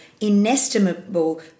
inestimable